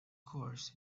course